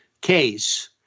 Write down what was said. case